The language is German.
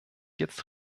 jetzt